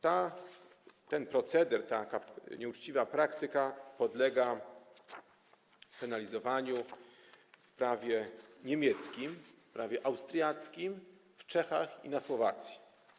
Ten proceder, taka nieuczciwa praktyka podlega penalizowaniu w prawie niemieckim, w prawie austriackim, w Czechach i na Słowacji.